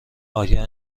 آیا